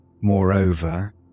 Moreover